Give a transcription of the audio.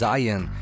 Zion